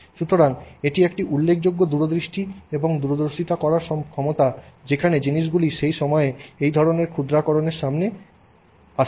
সুতরাং এটি একটি উল্লেখযোগ্য দূরদৃষ্টি এবং দূরদর্শিতা করার ক্ষমতা যেখানে জিনিসগুলি সেই সময়ে এই ধরণের ক্ষুদ্রাকরণের সাথে সামনে আসে